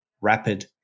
rapid